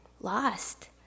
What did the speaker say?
lost